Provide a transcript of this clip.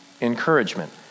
encouragement